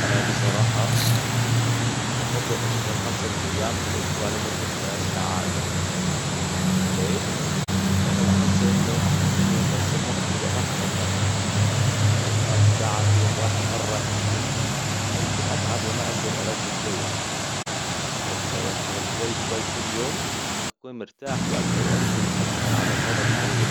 أنا بصراحة أفضل أشتغل خمسة أيام في الأسبوع لمدة ثلاث ساعات. ليش؟ لأنه أحسن لأنو أحسن أقسم وقتي وأخفض الضغط. خمستاش ساعة في يوم واحد مرة كثير. وممكن أتعب وما أقدر أركز زين. لكن لو أشتغل شوي شوي كل يوم أكون مرتاح وأقدر أنجز أكثر على المدى الطويل.